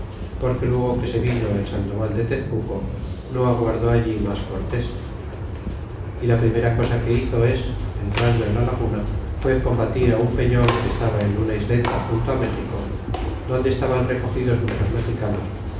porque luego que se vino el sandoval de tezcuco no aguardó allí mas cortés y la primera cosa que hizo en entrando en la laguna fue combatir un peñol que estaba en una isleta junto méxico donde estaban recogidos muchos mexicanos